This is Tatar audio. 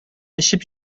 эчеп